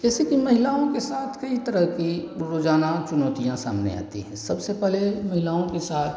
जैसे कि महिलाओं के साथ कई तरह की रोजाना चुनौतियाँ सामने आती हैं सबसे पहले महिलाओं के साथ